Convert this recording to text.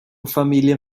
familjen